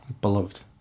Beloved